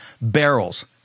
barrels